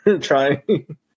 trying